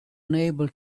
unable